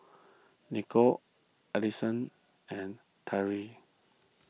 Nicole Alisson and Tyree